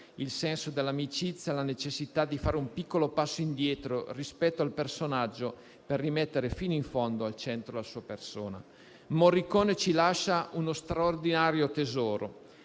il senso dell'amicizia, la necessità di fare un piccolo passo indietro rispetto al personaggio per rimettere fino in fondo al centro la sua persona. Morricone ci lascia uno straordinario tesoro,